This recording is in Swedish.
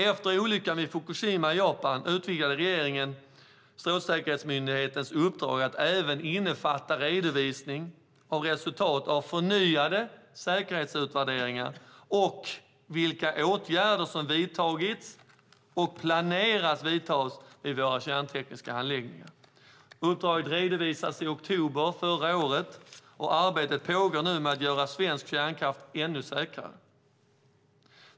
Efter olyckan vid Fukushima i Japan utvidgade regeringen Strålsäkerhetsmyndighetens uppdrag att även innefatta redovisning av resultatet av förnyade säkerhetsutvärderingar och vilka åtgärder som har vidtagits och planeras att vidtas vid våra kärntekniska anläggningar. Uppdraget redovisades i oktober förra året och arbetet med att göra svensk kärnkraft ännu säkrare pågår nu.